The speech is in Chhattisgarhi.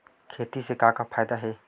खेती से का का फ़ायदा हे?